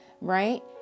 Right